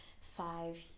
five